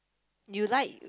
you like